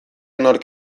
nork